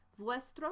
vuestro